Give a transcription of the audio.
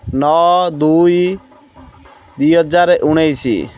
ନଅ ଦୁଇ ଦୁଇ ହଜାର ଉଣେଇଶ